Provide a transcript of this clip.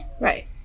Right